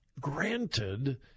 granted